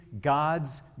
God's